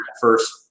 first